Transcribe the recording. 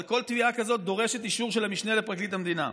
אבל כל תביעה כזאת דורשת אישור של המשנה לפרקליט המדינה.